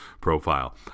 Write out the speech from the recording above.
profile